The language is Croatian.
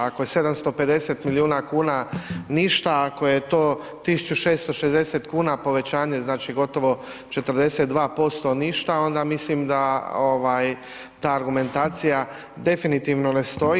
Ako je 750 milijuna kuna ništa, ako je to 1660 kuna povećanje, znači gotovo 42% ništa, onda mislim da ta argumentacija definitivno ne stoji.